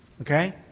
Okay